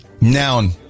Noun